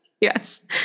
Yes